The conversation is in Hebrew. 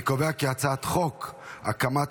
אני קובע כי הצעת חוק הקמת